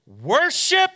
worship